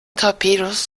torpedos